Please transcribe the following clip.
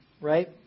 right